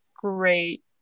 great